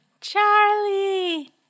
Charlie